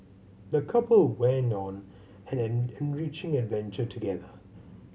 the couple went on an enriching adventure together